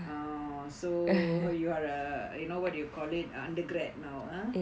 ah so err you are a you know what you call it undergraduate now